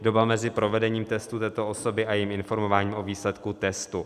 doba mezi provedením testu této osoby a jejím informováním o výsledku testu.